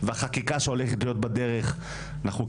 הצלחתך הצלחתנו, בשנים הקשות והמאתגרות,